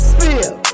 feel